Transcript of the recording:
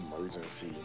emergency